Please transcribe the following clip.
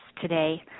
today